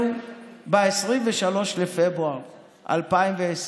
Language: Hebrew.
רונן פרץ פנה אלינו ב-23 בפברואר 2020,